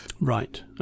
Right